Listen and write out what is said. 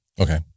Okay